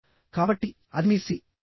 కాబట్టి అది మీ C